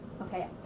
Okay